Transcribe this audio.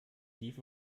tief